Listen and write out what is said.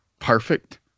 perfect